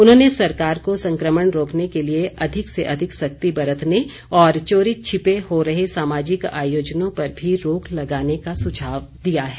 उन्होंने सरकार को संकमण रोकने के लिए अधिक से अधिक सख्ती बरतने और चोरी छिपे हो रहे सामाजिक आयोजनों पर भी रोक लगाने का सुझाव दिया है